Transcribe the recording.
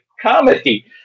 comedy